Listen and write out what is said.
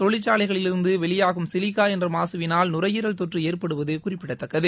தொழிற்சாலைகளிலிருந்து வெளியாகும் சிலிகா என்ற மாசுவினால் நுரையீரல் தொற்று ஏற்படுவது குறிப்பிடதக்கது